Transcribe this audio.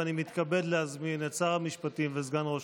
ואני מתכבד להזמין את שר המשפטים וסגן ראש